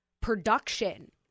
production